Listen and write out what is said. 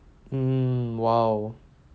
mm !wow!